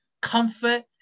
comfort